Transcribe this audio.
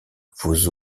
vous